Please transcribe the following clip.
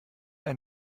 ein